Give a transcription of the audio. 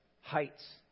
Heights